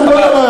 מקובל עלי.